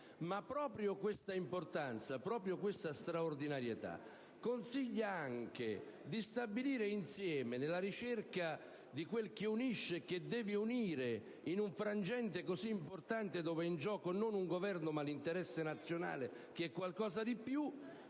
Ma proprio questa importanza e questa straordinarietà consigliano anche di stabilire insieme, nella ricerca di quel che unisce e che deve unire in un frangente così importante, dove è in gioco non un Governo, ma l'interesse nazionale, che è qualcosa di più: